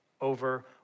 over